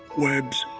webs,